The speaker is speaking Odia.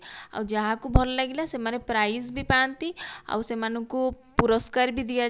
ଆଉ ଯାହାକୁ ଭଲ ଲାଗିଲା ସେମାନେ ପ୍ରାଇଜ୍ ବି ପାଆନ୍ତି ଆଉ ସେମାନଙ୍କୁ ପୁରସ୍କାର ବି ଦିଆ ଯାଏ